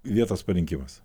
vietos parinkimas